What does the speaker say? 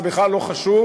זה בכלל לא חשוב,